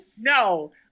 No